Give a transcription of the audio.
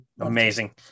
amazing